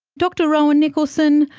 dr rowan nicholson,